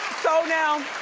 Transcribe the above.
so now,